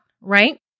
right